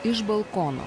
iš balkono